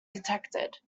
detected